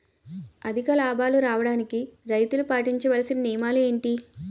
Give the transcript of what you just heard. అధిక లాభాలు రావడానికి రైతులు పాటించవలిసిన నియమాలు ఏంటి